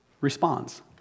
responds